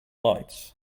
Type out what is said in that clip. lights